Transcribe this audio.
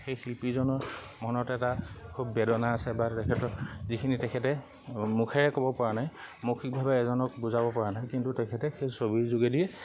সেই শিল্পীজনৰ মনত এটা খুব বেদনা আছে বা তেখেতৰ যিখিনি তেখেতে মুখেৰে ক'ব পৰা নাই মৌখিকভাৱে এজনক বুজাব পৰা নাই কিন্তু তেখেতে সেই ছবিৰ যোগেদিয়ে